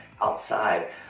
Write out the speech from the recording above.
outside